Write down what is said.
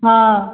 हाँ